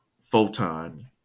Photon